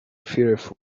firewood